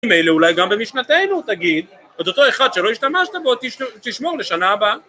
אולי גם במשנתנו תגיד את אותו אחד שלא השתמשת בו תשמור לשנה הבאה